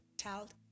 child